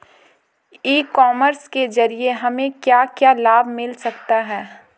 ई commerce के ज़रिए हमें क्या क्या लाभ मिल सकता है?